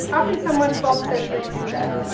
how can someone twelfth century do that,